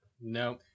No